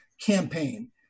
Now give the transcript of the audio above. campaign